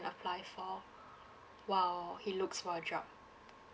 apply for while he looks for a job